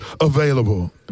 available